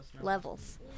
levels